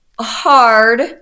hard